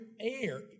air